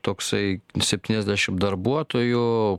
toksai septyniasdešim darbuotojų